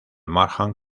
markham